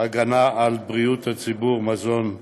הגנה על בריאות הציבור (מזון),